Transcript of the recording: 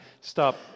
stop